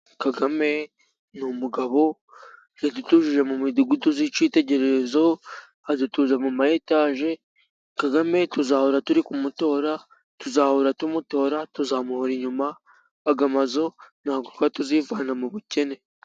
Kagame ni umugabo, yadutuje mu midugudu y'ikitegererezo, adutuza mu mayetaje. Kagame tuzahora turi kumutora, tuzahora tumutora tuzamuhora inyuma aya mazu ntabwo twari kuzivana mu bukene.